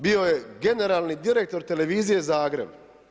Bio je generalni direktor televizije Zagreb.